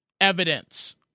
evidence